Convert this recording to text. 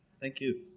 thank you